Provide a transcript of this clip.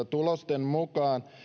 tulosten mukaan